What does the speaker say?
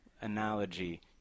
analogy